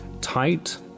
tight